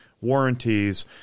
warranties